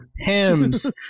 hems